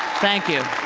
thank you.